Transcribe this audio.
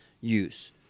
use